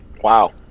Wow